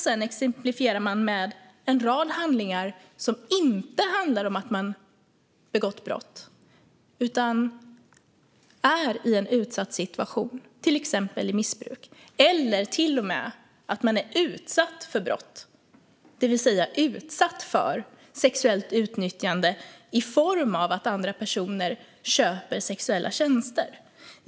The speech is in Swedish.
Sedan exemplifierar man med en rad handlingar som inte handlar om att människor har begått brott utan är i en utsatt situation, till exempel i missbruk, eller till och med att de är utsatta för brott som sexuellt utnyttjande i form av att andra personer köper sexuella tjänster.